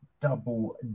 Double